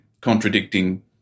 contradicting